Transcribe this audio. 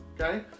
okay